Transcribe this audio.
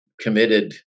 committed